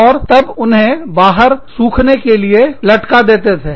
और तब उन्हें बाहर सूखने के लिए लटकाटांग देते थे